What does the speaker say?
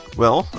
well,